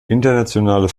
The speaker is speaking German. internationale